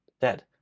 dead